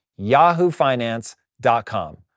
yahoofinance.com